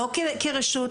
לא כרשות,